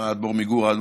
היא אמרה: האדמו"ר מגור,